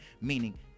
Meaning